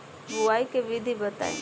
बुआई के विधि बताई?